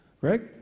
Greg